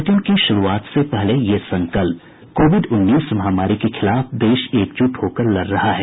bulletin की शुरूआत से पहले ये संकल्प कोविड उन्नीस महामारी के खिलाफ देश एकजुट होकर लड़ रहा है